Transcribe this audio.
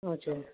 हजुर